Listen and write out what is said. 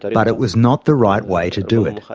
but it was not the right way to do it.